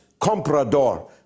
comprador